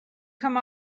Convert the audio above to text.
come